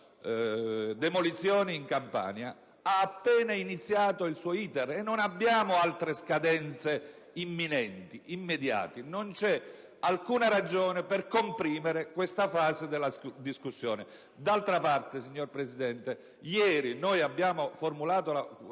demolizioni in Campania ha appena iniziato il suo *iter* e non abbiamo altre scadenze imminenti ed immediate; non c'è alcuna ragione per comprimere questa fase della discussione. D'altra parte, signor Presidente, ieri, quando abbiamo formulato la